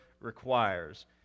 requires